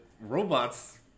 robots